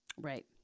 Right